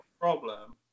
problem